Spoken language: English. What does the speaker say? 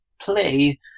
play